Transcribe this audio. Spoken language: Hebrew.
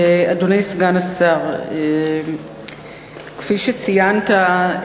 אדוני סגן השר, כפי שציינת,